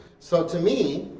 so to me,